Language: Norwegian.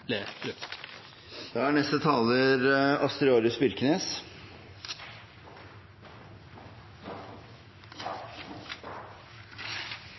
Da er neste taler